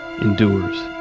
endures